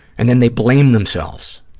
and then they blame themselves,